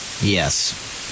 Yes